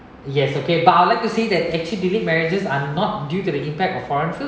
yes okay but I would like to say that actually delayed marriages are not due to the impact of foreign film